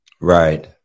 Right